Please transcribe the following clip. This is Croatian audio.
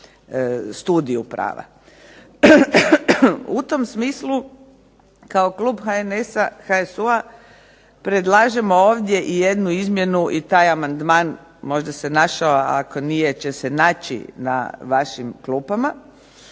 U tom smislu kao klub HNS-a, HSU-a predlažemo ovdje i jednu izmjenu i taj amandman možda se našao, a ako nije će se naći na vašim klupama